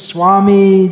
Swami